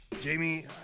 Jamie